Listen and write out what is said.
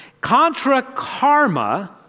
Contra-karma